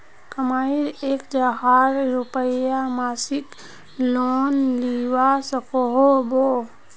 मकईर एक हजार रूपयार मासिक लोन मिलवा सकोहो होबे?